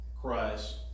Christ